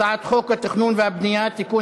הצעת חוק התכנון והבנייה (תיקון,